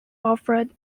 offered